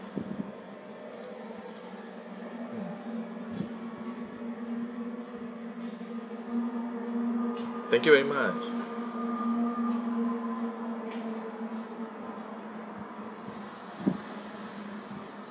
mm thank you very much